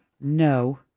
No